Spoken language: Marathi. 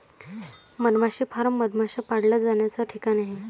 मधमाशी फार्म मधमाश्या पाळल्या जाण्याचा ठिकाण आहे